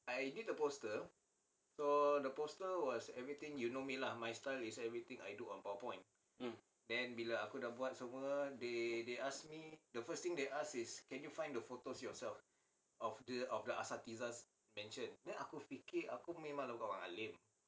mm